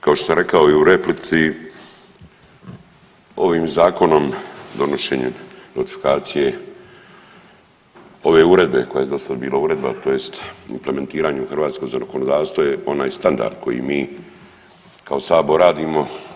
Kao što sam rekao i u replici ovim zakonom donošenjem notifikacije ova uredbe koja je do sad bila uredba, tj. implementiranju hrvatskog zakonodavstva je onaj standard koji mi kao Sabor radimo.